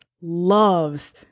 loves